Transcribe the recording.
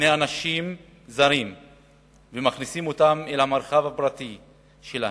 לאנשים זרים ומכניסים אותם אל המרחב הפרטי שלהם,